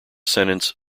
sentence